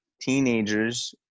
teenagers